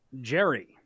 jerry